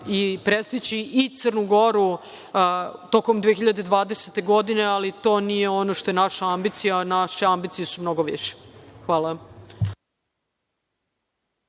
i prestići i Crnu Goru tokom 2020. godine, ali to nije ono što je naša ambicija. Naše ambicije su mnogo više. Hvala.